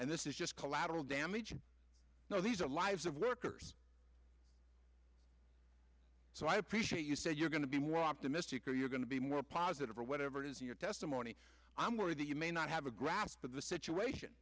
and this is just collateral damage you know these are lives of workers so i appreciate you say you're going to be more optimistic or you're going to be more positive or whatever it is your testimony i'm worried that you may not have a grasp of the situation